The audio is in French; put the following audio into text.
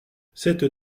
cette